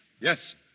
Yes